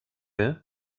you